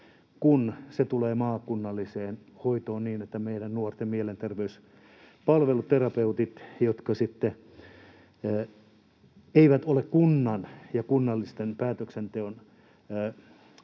kun se tulee maakunnalliseen hoitoon ja meidän nuorten mielenterveyspalveluterapeutit eivät ole kunnan ja kunnallisen päätöksenteon